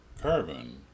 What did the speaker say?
carbon